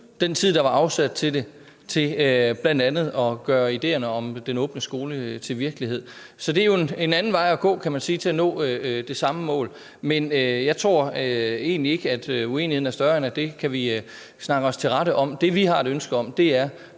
den tid, der var afsat til det, til bl.a. at gøre ideerne om den åbne skole til virkelighed. Så det er en anden vej at gå, kan man sige, for at nå det samme mål. Men jeg tror egentlig ikke, uenigheden er større, end at det kan vi snakke os til rette om. Det, vi har et ønske om, er